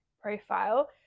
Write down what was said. profile